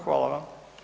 Hvala vam.